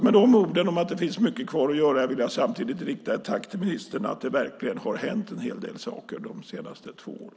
Med de orden om att det finns mycket kvar att göra vill jag samtidigt rikta ett tack till ministern för att det verkligen har hänt en hel del saker de senaste två åren.